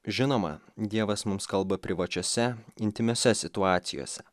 žinoma dievas mums kalba privačiose intymiose situacijose